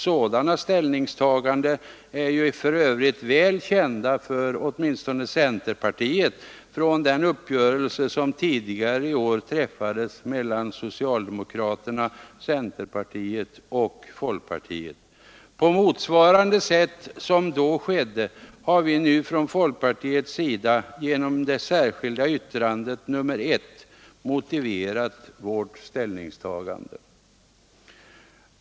Sådana ställningstaganden är ju för övrigt väl kända för åtminstone centerpartiet från den uppgörelse som tidigare i år träffades mellan socialdemokraterna, centerpartiet och folkpartiet. På motsvarande sätt som då skedde har vi nu från folkpartiets sida genom det särskilda yttrandet 1 motiverat vårt ställningstagande.